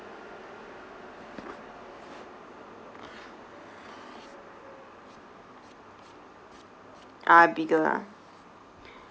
ah bigger ah